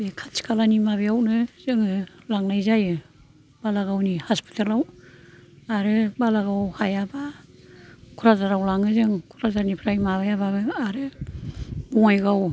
बे खाथि खालानि माबायावनो जोङो लांनाय जायो बालागावनि हस्पिटेलाव आरो बालागाव हायाबा कक्राझाराव लाङो जों कक्राझारनिफ्राय माबायाबा आरो बङायगाव